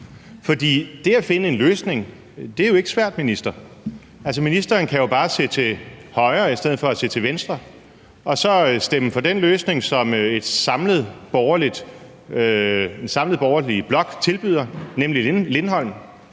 For det at finde en løsning er jo ikke svært, minister. Ministeren kan jo bare se til højre i stedet for at se til venstre og så stemme for den løsning, som den samlede borgerlige blok tilbyder, nemlig Lindholm.